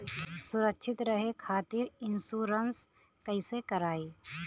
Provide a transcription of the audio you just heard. सुरक्षित रहे खातीर इन्शुरन्स कईसे करायी?